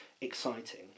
exciting